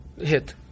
hit